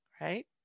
right